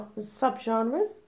sub-genres